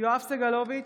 יואב סגלוביץ'